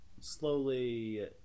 slowly